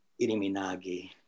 iriminagi